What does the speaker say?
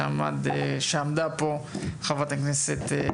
שמי אליקו שליין ואני פעיל חברתי ונכה.